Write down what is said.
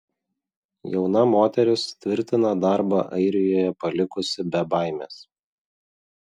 jauna moteris tvirtina darbą airijoje palikusi be baimės